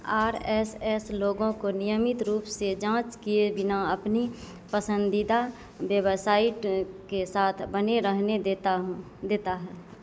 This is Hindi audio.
आर एस एस लोगों को नियमित रूप से जाँच किए बिना अपनी पसंदीदा बेवसाइट के साथ बने रहने देता हूँ